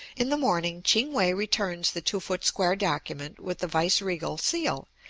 in the morning ching-we returns the two-foot square document with the viceregal seal,